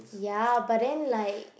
ya but then like